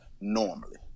normally